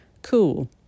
cool